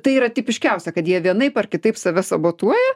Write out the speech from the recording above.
tai yra tipiškiausia kad jie vienaip ar kitaip save sabotuoja